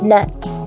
Nuts